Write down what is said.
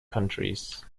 countries